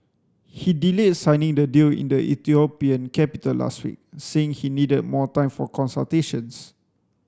he delayed signing the deal in the Ethiopian capital last week saying he needed more time for consultations